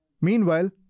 Meanwhile